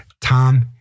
Tom